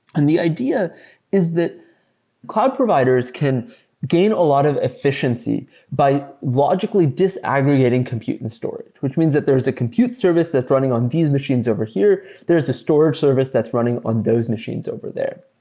and the idea is that cloud providers can gain a lot of efficiency by logically disaggregating computer and storage, which means that there is a computer service that's running on these machines over here. there is a storage service that's running on those machines over there.